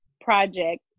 project